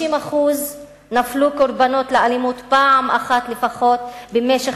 50% נפלו קורבן לאלימות פעם אחת לפחות במשך